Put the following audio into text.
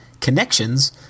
connections